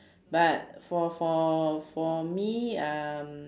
but for for for me um